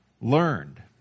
learned